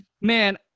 Man